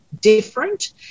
different